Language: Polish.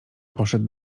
poszedł